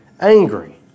angry